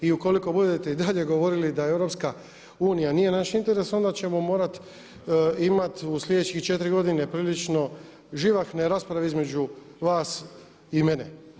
I ukoliko budete i dalje govorili da Europska unija nije naš interes onda ćemo morati imati u sljedećih 4 godine prilično živahne rasprave između vas i mene.